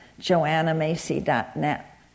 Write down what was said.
JoannaMacy.net